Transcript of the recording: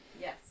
Yes